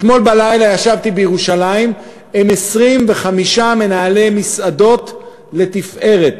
אתמול בלילה ישבתי בירושלים עם 25 מנהלי מסעדות לתפארת,